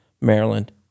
Maryland